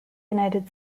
united